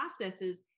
processes